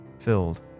Filled